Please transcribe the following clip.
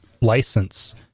license